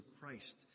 Christ